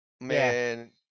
man